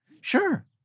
Sure